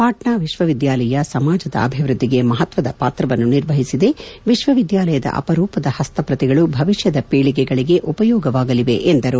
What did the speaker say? ಪಾಟ್ನಾ ವಿಶ್ವವಿದ್ದಾಲಯ ಸಮಾಜದ ಅಭಿವ್ಯದ್ದಿಗೆ ಮಪತ್ವದ ಪಾತ್ರವನ್ನು ನಿರ್ವಹಿಸಿದೆ ವಿಶ್ವವಿದ್ಯಾಲಯದ ಅಪರೂಪದ ಪಸ್ತಪ್ರತಿಗಳು ಭವಿಷ್ಣದ ಪೀಳಿಗೆಗಳಿಗೆ ಉಪಯೋಗವಾಗಲಿವೆ ಎಂದರು